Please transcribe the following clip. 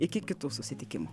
iki kitų susitikimų